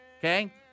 okay